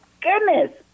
goodness